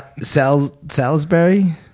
Salisbury